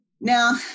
Now